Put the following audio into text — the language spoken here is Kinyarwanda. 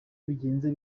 bigenze